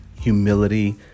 humility